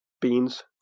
beans